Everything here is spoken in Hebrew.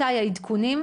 מתי העדכונים.